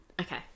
Okay